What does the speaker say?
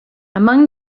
among